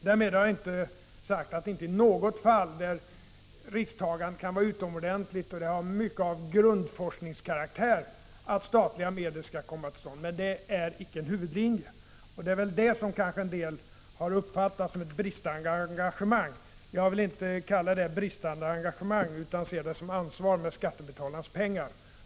Därmed har jag inte sagt att det inte i något fall, där risktagandet kan vara utomordenligt stort och där projektet har mycket av grundforskningskaraktär, skulle kunna utgå statliga medel, men det är icke en huvudlinje. Det är väl detta som av somliga har uppfattats som ett bristande engagemang. Så vill jag emellertid inte beteckna det, utan det handlar om ansvar när det gäller skattebetalarnas pengar.